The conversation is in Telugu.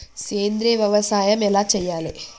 సేంద్రీయ వ్యవసాయం ఎలా చెయ్యాలే?